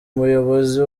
muyobozi